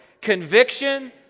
Conviction